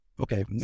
Okay